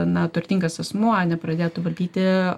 na turtingas asmuo nepradėtų valdyti